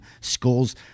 schools